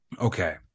Okay